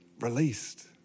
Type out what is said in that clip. released